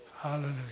Hallelujah